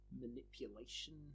manipulation